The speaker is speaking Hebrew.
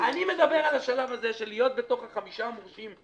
אני מדבר על השלב של להיות בתוך חמישה המורשים,